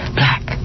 black